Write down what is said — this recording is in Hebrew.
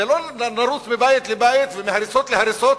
לא נרוץ מבית לבית ומהריסות להריסות.